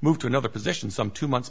moved to another position some two months